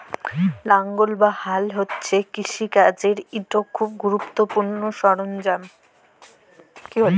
লাঙ্গল বা হাল হছে কিষিকাজের ইকট খুব গুরুত্তপুর্ল সরল্জাম